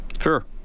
Sure